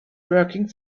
working